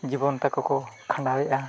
ᱡᱤᱵᱚᱱ ᱛᱟᱠᱚ ᱠᱚ ᱠᱷᱟᱸᱰᱟᱣᱮᱫᱼᱟ